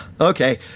Okay